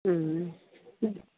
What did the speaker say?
ഉം ഉം